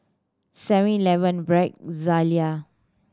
Seven Eleven Bragg Zalia